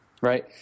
right